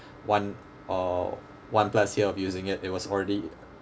one or one plus year of using it it was already